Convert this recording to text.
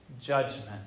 judgment